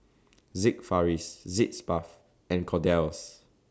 Sigvaris Sitz Bath and Kordel's